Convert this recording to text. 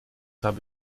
habe